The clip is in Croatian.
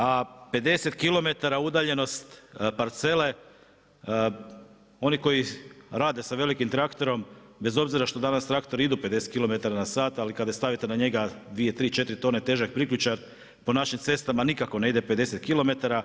A 50km udaljenost parcele, oni koji rade sa velikim traktorom, bez obzira što danas traktori idu 50km/h ali kada stavite na njega dvije, tri, četiri tone težak priključak po našim cestama nikako ne ide 50km.